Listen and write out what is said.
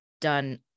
done